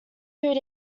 food